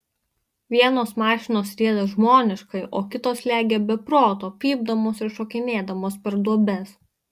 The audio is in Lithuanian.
vienos mašinos rieda žmoniškai o kitos lekia be proto pypdamos ir šokinėdamos per duobes